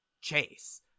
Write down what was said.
chase